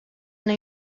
una